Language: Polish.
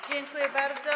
Dziękuję bardzo.